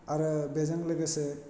आरो बेजों लोगोसे